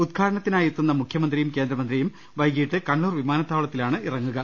ഉദ്ഘാടനത്തിനായെത്തുന്ന മുഖ്യമന്ത്രിയും കേന്ദ്രമന്ത്രിയും വൈകിട്ട് കണ്ണൂർ വിമാനത്താവളത്തിലാണ് ഇറങ്ങുക